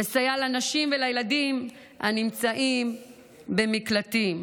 לסייע לנשים ולילדים הנמצאים במקלטים.